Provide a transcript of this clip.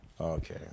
Okay